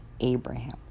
Abraham